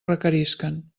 requerisquen